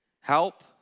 help